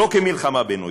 לא כמלחמה בין אויבים,